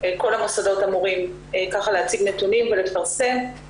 כל המוסדות אמורים ככה להציג נתונים ולפרסם,